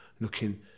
looking